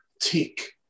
teak